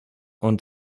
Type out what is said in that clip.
und